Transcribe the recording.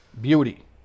beauty